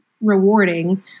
rewarding